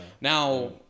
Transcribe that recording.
Now